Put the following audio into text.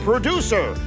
Producer